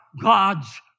God's